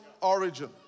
origin